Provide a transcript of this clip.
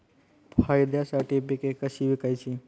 फायद्यासाठी पिके कशी विकायची?